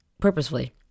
purposefully